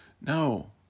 No